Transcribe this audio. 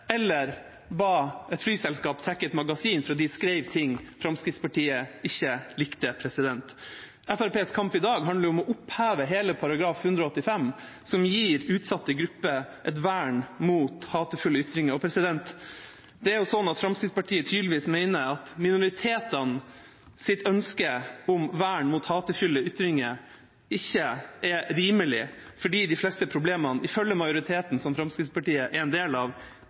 eller ba et flyselskap trekke et magasin fordi de skrev ting Fremskrittspartiet ikke likte. Fremskrittspartiets kamp i dag handler om å oppheve hele § 185, som gir utsatte grupper et vern mot hatefulle ytringer. Fremskrittspartiet mener tydeligvis at minoritetenes ønske om vern mot hatefulle ytringer ikke er rimelige fordi de fleste problemene ifølge majoriteten som Fremskrittspartiet er en del av,